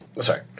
Sorry